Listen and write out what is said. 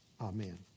Amen